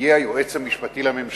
יהיה היועץ המשפטי לממשלה,